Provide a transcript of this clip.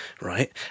right